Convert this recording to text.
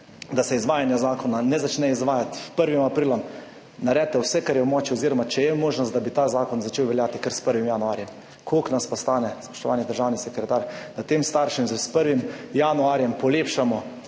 da se izvajanje zakona ne začne s 1. aprilom, naredite vse, kar je v vaši moči oziroma če je možnost, da bi ta zakon začel veljati kar s 1. januarjem. Koliko pa nas stane, spoštovani državni sekretar, da tem staršem 1. januarja polepšamo